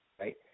right